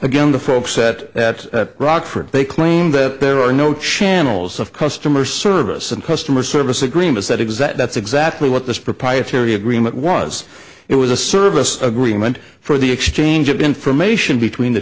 again the folks that rochefort they claim that there are no channels of customer service and customer service agreements that exact that's exactly what this proprietary agreement was it was a service agreement for the exchange of information between the